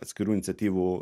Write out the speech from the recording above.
atskirų iniciatyvų